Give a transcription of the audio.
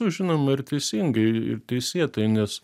nu žinoma ir teisingai ir teisėtai nes